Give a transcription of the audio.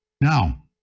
Now